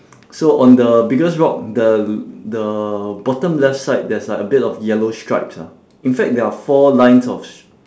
so on the biggest rock the the bottom left side there's like a bit of yellow stripes ah in fact there are four lines of s~